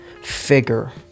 figure